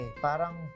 parang